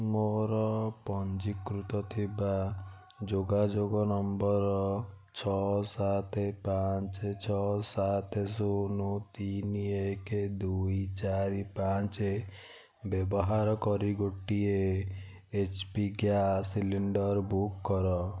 ମୋର ପଞ୍ଜୀକୃତ ଥିବା ଯୋଗାଯୋଗ ନମ୍ବର ଛଅ ସାତ ପାଞ୍ଚ ଛଅ ସାତ ଶୂନ ତିନି ଏକ ଦୁଇ ଚାରି ପାଞ୍ଚ ବ୍ୟବାହାର କରି ଗୋଟିଏ H P gas cylinder book କର